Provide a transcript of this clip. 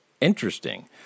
Interesting